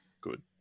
good